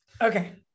Okay